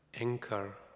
anchor